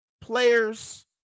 players